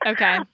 Okay